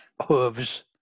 hooves